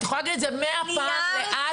את יכולה להגיד את זה מאה פעם לאט,